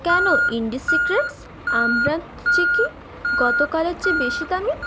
কেন ইন্ডিসিক্রেটস আমরান্থ চিকি গতকালের চেয়ে বেশি দামি